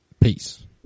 Peace